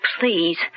please